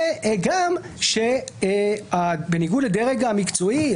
וגם שבניגוד לדרג המקצועי,